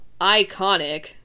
iconic